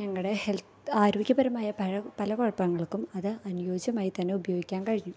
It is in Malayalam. ഞങ്ങളുടെ ഹെൽത് ആരോഗ്യപരമായ പഴ പല കുഴപ്പങ്ങൾക്കും അത് അനുയോജ്യമായിത്തന്നെ ഉപയോഗിക്കാൻ കഴിഞ്ഞു